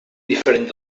diferent